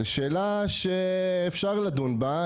זו שאלה שאפשר לדון בה.